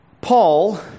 Paul